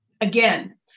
Again